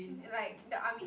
like the army